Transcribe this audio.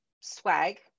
swag